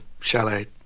chalet